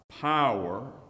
Power